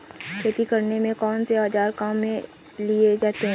खेती करने में कौनसे औज़ार काम में लिए जाते हैं?